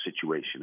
situation